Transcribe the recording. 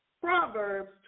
Proverbs